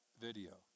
video